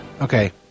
Okay